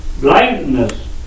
blindness